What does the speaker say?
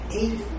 eight